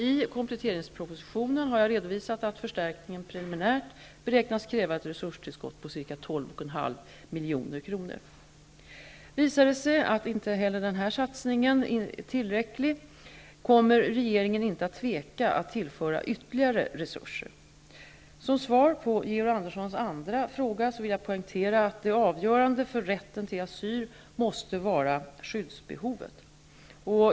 I kompletteringspropositionen har jag redovisat att förstärkningen preliminärt beräknas kräva ett resurstillskott på ca 12,5 milj.kr. Visar det sig att inte heller denna satsning inte är tillräcklig, kommer regeringen inte att tveka att tillföra ytterligare resurser. Som svar på Georg Anderssons andra fråga vill jag poängtera att det avgörande för rätten till asyl måste vara skyddsbehovet.